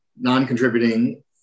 non-contributing